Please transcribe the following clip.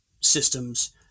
systems